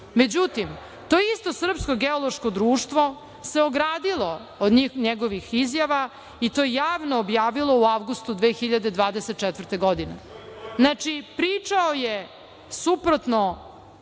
Međutim, to isto Srpsko geološko društvo se ogradilo od njegovih izjava i to javno objavilo u avgustu 2024. godine. Znači, pričao je suprotno